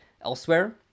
elsewhere